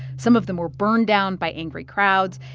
some of them were burned down by angry crowds.